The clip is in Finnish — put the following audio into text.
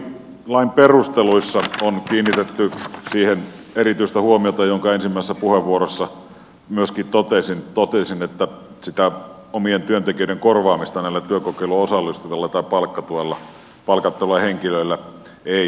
tämän lain perusteluissa on kiinnitetty erityistä huomiota siihen minkä ensimmäisessä puheenvuorossani myöskin totesin että sitä omien työntekijöiden korvaamista työkokeiluun osallistuvilla tai palkkatuella palkattavilla henkilöillä ei saa tapahtua